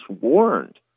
warned